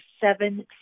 seven